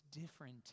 different